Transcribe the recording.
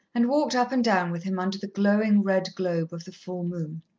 and walked up and down with him under the glowing red globe of the full moon.